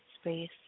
space